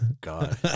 God